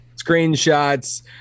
screenshots